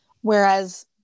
Whereas